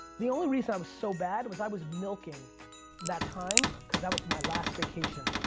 the only reason i was so bad was i was milking that time because that was my last vacation.